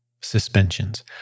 suspensions